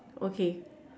okay